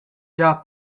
gia